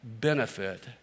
benefit